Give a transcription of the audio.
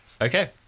okay